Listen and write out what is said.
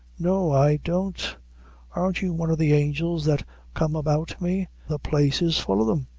no, i don't arn't you one o' the angels that come about me the place is full o' them.